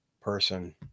person